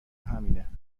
همینه